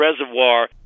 reservoir